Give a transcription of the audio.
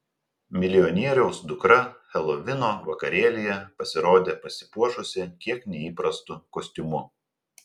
milijonieriaus dukra helovino vakarėlyje pasirodė pasipuošusi kiek neįprastu kostiumu